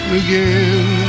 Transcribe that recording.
again